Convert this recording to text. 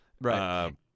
right